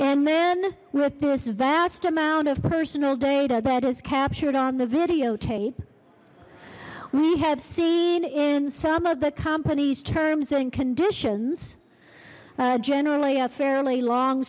and then with this vast amount of personal data that is captured on the videotape we have seen in some of the company's terms and conditions generally a fairly long